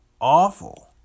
awful